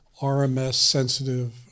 RMS-sensitive